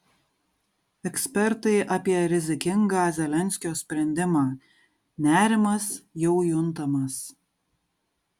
ekspertai apie rizikingą zelenskio sprendimą nerimas jau juntamas